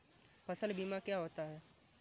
फसल बीमा क्या होता है?